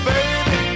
Baby